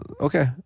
Okay